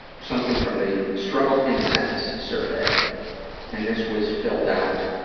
something from the struggle in a sentence survey and this was filled out